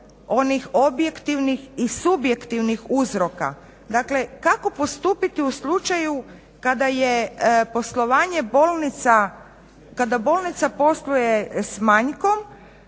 onih objektivnih i subjektivnih uzroka, dakle kako postupiti u slučaju kada je poslovanje bolnica, kada bolnica posluje s manjkom